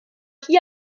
hier